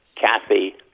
Kathy